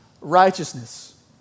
righteousness